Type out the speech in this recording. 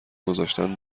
گذاشتن